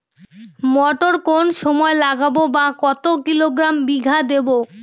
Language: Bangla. মটর কোন সময় লাগাবো বা কতো কিলোগ্রাম বিঘা দেবো?